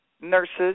nurses